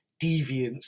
deviance